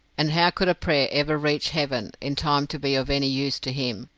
and how could a prayer ever reach heaven in time to be of any use to him,